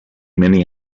many